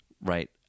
Right